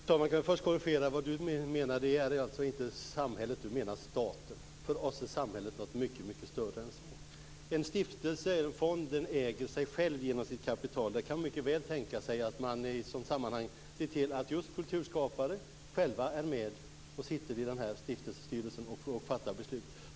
Fru talman! Låt mig först korrigera: Det Tasso Stafilidis menar är inte samhället utan staten. För oss är samhället något mycket större än så. En stiftelse eller en fond äger sig själv genom sitt kapital. Man kan mycket väl tänka sig att i ett sådant sammanhang se till att just kulturskapare själva sitter med i stiftelsestyrelsen och fattar beslut.